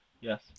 Yes